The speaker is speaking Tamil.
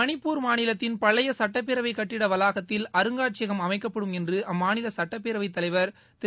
மணிப்பூர் மாநிலத்தின் பழைய சட்டப்பேரவை கட்டிட வளாகத்தில் அருங்காட்சியகம் அமைக்கப்படும் என்று அம்மாநில சட்டப்பேரவை தலைவர் திரு